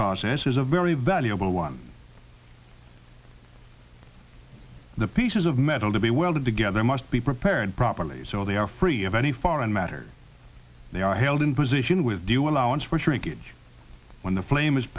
process is a very valuable one the pieces of metal to be welded together must be prepared properly so they are free of any foreign matter they are held in position with do allowance for shrinkage when the flame is